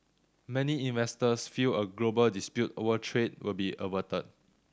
many investors feel a global dispute over trade will be averted